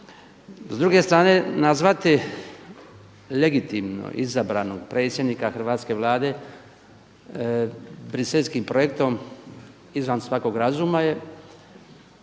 S druge strane nazvati legitimno izabranog predsjednika hrvatske Vlade briselskim projektom izvan svakog razuma je,